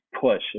push